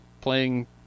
playing